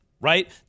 right